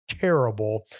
terrible